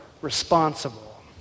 responsible